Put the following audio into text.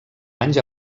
anys